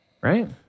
right